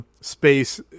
space